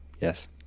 Yes